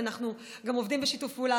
ואנחנו גם עובדים בשיתוף פעולה,